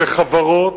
זה חברות,